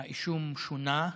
האישום שונה.